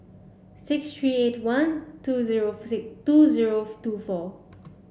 six three eight one two zero two zero two four